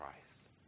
Christ